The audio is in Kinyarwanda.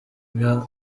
ganza